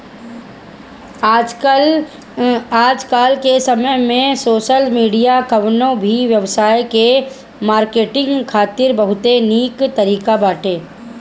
आजकाल के समय में सोशल मीडिया कवनो भी व्यवसाय के मार्केटिंग खातिर बहुते निक तरीका बाटे